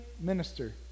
minister